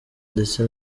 ndetse